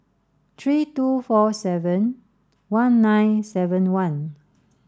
three two four seven one nine seven one